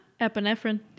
Epinephrine